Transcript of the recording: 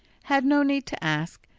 had no need to ask,